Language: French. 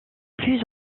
plus